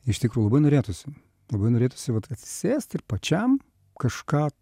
iš tikrųjų labai norėtųsi labai norėtųsi vat atsisėst ir pačiam kažką